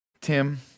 Tim